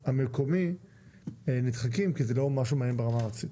המקומי נדחקים כי זה לא משהו מעניין ברמה הארצית.